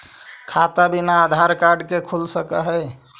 खाता बिना आधार कार्ड के खुल सक है?